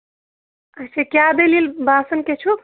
اَچھا کیٛاہ دٔلیٖل باسان کیٛاہ چھُکھ